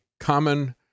Common